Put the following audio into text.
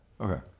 Okay